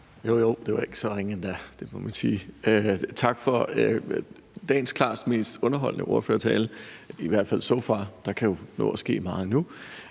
Jow jow, det var ik' så ringe endda. Det må man sige. Tak for dagens klart mest underholdende ordførertale, i hvert fald indtil videre; der kan jo nå at ske meget endnu.